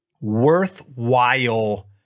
worthwhile